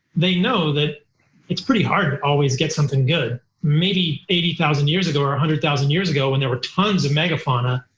they know that it's pretty hard to always get something good. maybe eighty thousand years ago or a hundred thousand years ago when there were tons of megafauna,